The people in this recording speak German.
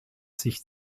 sich